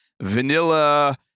vanilla